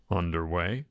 underway